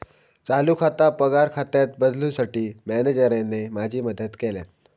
चालू खाता पगार खात्यात बदलूंसाठी मॅनेजरने माझी मदत केल्यानं